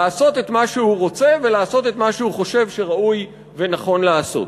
לעשות את מה שהוא רוצה ולעשות את מה שהוא חושב שראוי ונכון לעשות.